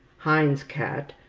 heine's cat,